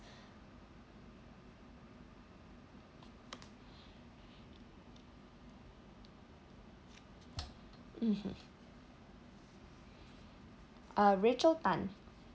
mmhmm uh rachel tan